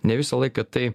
ne visą laiką tai